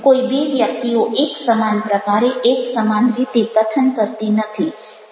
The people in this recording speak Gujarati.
કોઈ બે વ્યક્તિઓ એકસમાન પ્રકારે એકસમાન રીતે કથન કરતી નથી